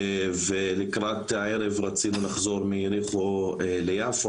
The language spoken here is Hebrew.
ולקראת הערב רצינו לחזור מיריחו ליפו,